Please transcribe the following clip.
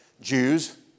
Jews